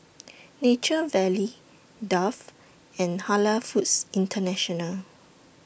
Nature Valley Dove and Halal Foods International